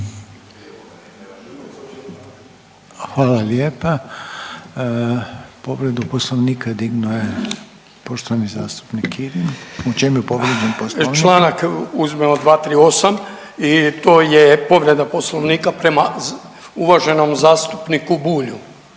Hvala lijepa. Povredu Poslovnika dignuo je poštovani zastupnik Kirin. U čemu je povrijeđen Poslovnik? **Kirin, Ivan (HDZ)** Čl. uzmimo 238 i to je povreda Poslovnika prema uvaženom zastupniku Bulju